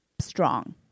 strong